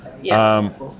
Yes